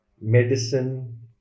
medicine